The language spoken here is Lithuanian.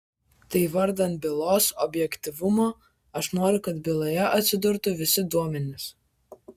tai vardan bylos objektyvumo aš noriu kad byloje atsidurtų visi duomenys